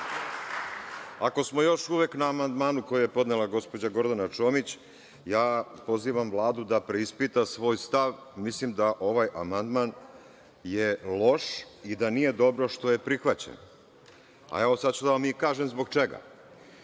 Ako smo još uvek na amandmanu koji je podnela gospođa Gordana Čomić, ja pozivam Vladu da preispita svoj stav. Mislim da je ovaj amandman loš i da nije dobro što je prihvaćen, a, evo, sada ću da vam kažem i zbog čega.